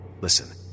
Listen